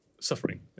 suffering